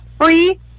free